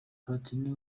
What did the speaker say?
platini